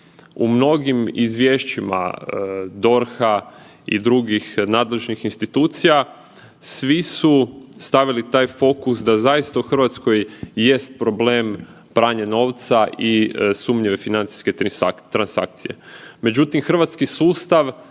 U mnogim izvješćima DORH-a i drugih nadležnih institucija svi su stavili taj fokus da zaista u Hrvatskoj jest pranje novca i sumnjive financijske transakcije. Međutim hrvatski sustav